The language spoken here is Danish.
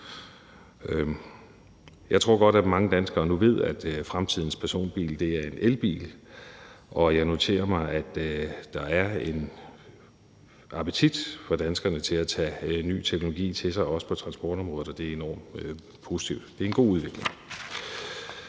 Jeg tror godt, at mange danskere nu ved, at fremtidens personbil er en elbil, og jeg noterer mig, at der for danskerne er en appetit på at tage ny teknologi til sig, også på transportområdet, og det er enormt positivt. Det er en god udvikling.